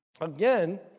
Again